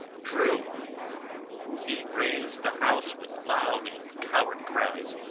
drew he rais'd the house with loud and coward cries.